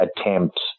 attempt